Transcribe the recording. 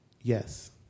yes